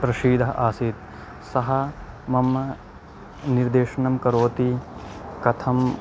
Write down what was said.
प्रसीदः आसीत् सः मम निर्देशनं करोति कथम्